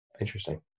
Interesting